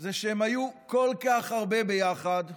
שהם היו כל כך הרבה ביחד,